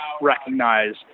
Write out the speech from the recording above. recognize